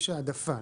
יש העדפה.